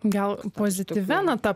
gal pozityvia nata